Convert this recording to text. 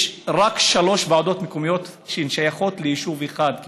יש רק שלוש ועדות מקומיות שהן שייכות ליישוב אחד,